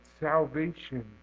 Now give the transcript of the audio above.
salvation